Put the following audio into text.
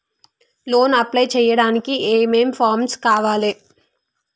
Loan apply చేయడానికి ఏం ఏం ఫామ్స్ కావాలే?